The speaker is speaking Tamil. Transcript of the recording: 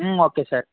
ம் ஓகே சார்